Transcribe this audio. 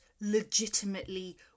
legitimately